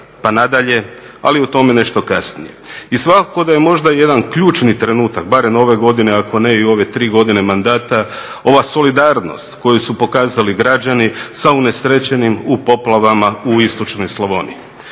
pa nadalje, ali o tome nešto kasnije. I svakako da je možda jedan ključni trenutak barem ove godine ako ne i ove tri godine mandata, ova solidarnost koju su pokazali građani sa unesrećenim u poplavama u istočnoj Slavoniji.